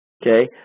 Okay